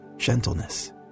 gentleness